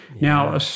Now